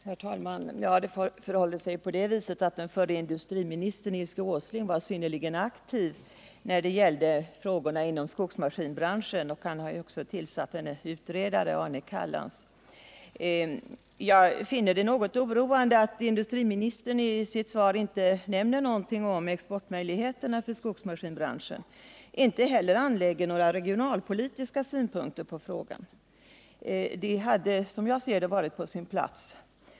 Herr talman! Det förhåller sig på det viset att den förre industriministern Nils Åsling var synnerligen aktiv när det gällde frågorna inom skogsmaskinsbranschen. Han har ju också tillsatt en utredare, bankdirektör Arne Callans. Jag finner det något oroande att industriministern i sitt svar inte nämner någonting om exportmöjligheterna för skogsmaskinsbranschen och inte heller anlägger några regionalpolitiska synpunkter på frågan. Detta hade, som jag ser det, varit på sin plats.